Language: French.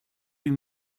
huit